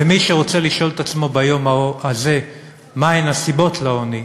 ומי שרוצה לשאול את עצמו ביום הזה מה הן הסיבות לעוני,